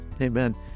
Amen